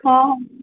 हां हां